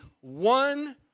one